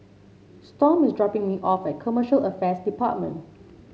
Storm is dropping me off at Commercial Affairs Department